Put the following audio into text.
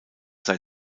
sei